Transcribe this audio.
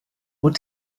what